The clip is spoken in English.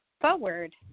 forward